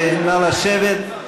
ונא לשבת.